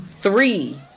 three